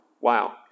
Wow